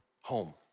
home